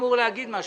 נצביע וזהו.